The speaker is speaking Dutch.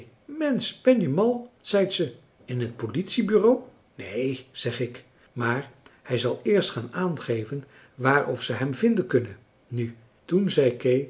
ben je mal zeit ze in het politiebureau neen zeg ik maar hij zal eerst gaan aangeven waar of ze hem vinden kunnen nu toen zei kee